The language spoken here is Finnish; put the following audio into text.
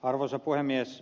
arvoisa puhemies